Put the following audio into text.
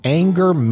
anger